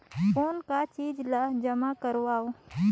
कौन का चीज ला जमा करवाओ?